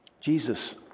Jesus